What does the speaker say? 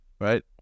right